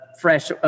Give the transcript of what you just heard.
fresh